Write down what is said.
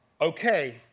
okay